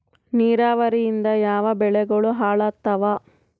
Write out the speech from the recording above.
ನಿರಾವರಿಯಿಂದ ಯಾವ ಬೆಳೆಗಳು ಹಾಳಾತ್ತಾವ?